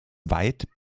weit